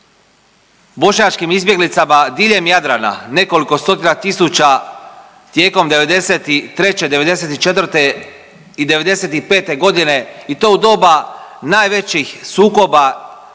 bošnjačkim izbjeglicama diljem Jadrana, nekoliko stotina tisuća tijekom '93., '94. i '95. godine i to u doba najvećih sukoba